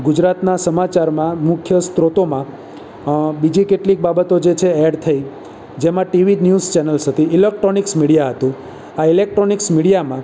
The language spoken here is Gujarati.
ગુજરાતના સમાચારમાં મુખ્ય સ્ત્રોતોમાં બીજી કેટલી બાબતો છે જે એડ થઈ જેમાં ટીવી ન્યૂઝ ચેનલ્સ હતી ઇલેક્ટ્રોનિક્સ મીડિયા હતું આ ઇલેક્ટ્રોનિક્સ મીડિયામાં